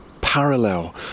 parallel